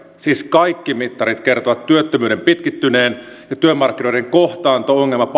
siis kaikki mittarit kertovat työttömyyden pitkittyneen ja työmarkkinoiden kohtaanto ongelma pahentuu kaiken aikaa